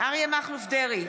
אריה מכלוף דרעי,